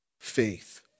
faith